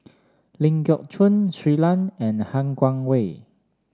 Ling Geok Choon Shui Lan and Han Guangwei